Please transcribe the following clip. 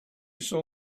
saw